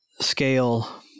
scale